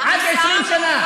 עד 20 שנה,